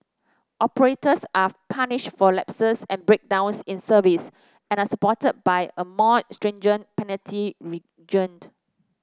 operators are punished for lapses and breakdowns in service and supported by a more stringent penalty